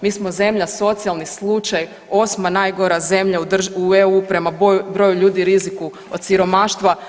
Mi smo zemlja socijalni slučaj, osma najgora zemlja u EU prema broju ljudi i riziku od siromaštva.